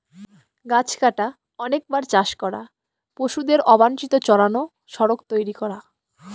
গাছ কাটা, অনেকবার চাষ করা, পশুদের অবাঞ্চিত চড়ানো, সড়ক তৈরী করা